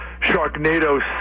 Sharknado